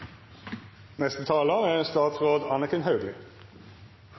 Neste taler er